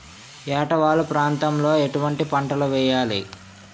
ఏటా వాలు ప్రాంతం లో ఎటువంటి పంటలు వేయాలి?